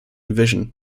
vision